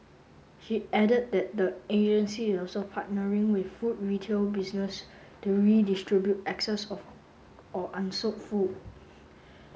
she added that the agency is also partnering with food retail businesses to redistribute excess or or unsold food